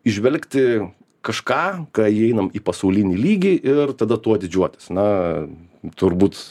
įžvelgti kažką ką įeiname į pasaulinį lygį ir tada tuo didžiuotis na turbūt